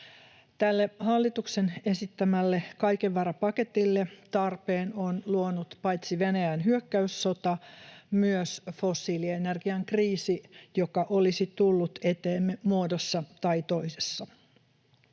hallituksen esittämälle kaiken vara ‑paketille tarpeen on luonut paitsi Venäjän hyökkäyssota myös fossiiliener-gian kriisi, joka olisi tullut eteemme muodossa tai toisessa.